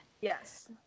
Yes